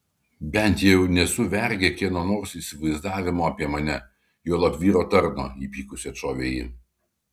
bent jau nesu vergė kieno nors įsivaizdavimo apie mane juolab vyro tarno įpykusi atšovė ji